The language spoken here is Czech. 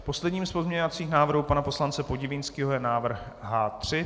Posledním z pozměňovacích návrhů pana poslance Podivínského je návrh H3.